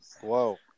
Whoa